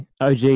OG